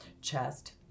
chest